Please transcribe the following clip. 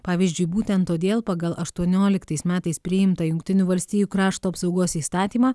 pavyzdžiui būtent todėl pagal aštuonioliktais metais priimtą jungtinių valstijų krašto apsaugos įstatymą